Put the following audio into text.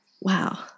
Wow